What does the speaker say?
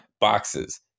boxes